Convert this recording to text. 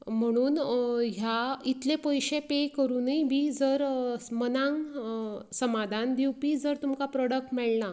म्हणून ह्या इतले पैशे पे करुनूय बी जर मनांक समाधान दिवपी जर तुमचो प्रोडाक्ट मेळना